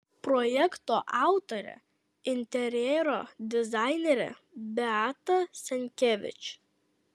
projekto autorė interjero dizainerė beata senkevič